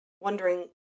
wondering